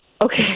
okay